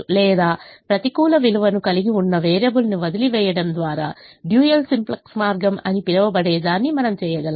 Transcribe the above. లేదా ప్రతికూల విలువను కలిగి ఉన్న వేరియబుల్ను వదిలివేయడం ద్వారా డ్యూయల్ సింప్లెక్స్ మార్గం అని పిలవబడేదాన్ని మనం చేయగలం